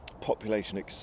population